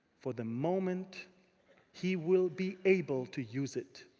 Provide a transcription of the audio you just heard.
for the moment he will be able to use it.